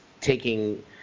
taking